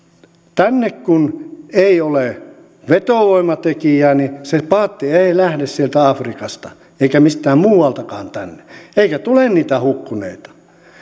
kun ei ole vetovoimatekijää niin se paatti ei lähde sieltä afrikasta eikä mistään muualtakaan tänne eikä tule niitä hukkuneita